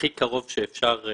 אז להגיע הכי קרוב שאפשר לתקן.